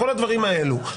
כל הדברים האלו,